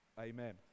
amen